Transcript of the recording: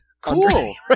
cool